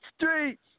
Streets